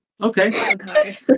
Okay